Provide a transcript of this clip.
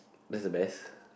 is a best